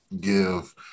give